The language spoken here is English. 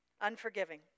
Unforgiving